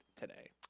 today